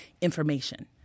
information